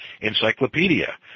encyclopedia